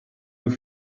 nous